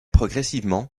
progressivement